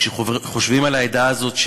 כשחושבים על העדה הזאת,